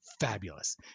fabulous